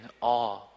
awe